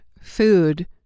food